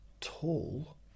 tall